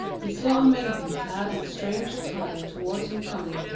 he saw a maiden clad in strange attire towards him coming.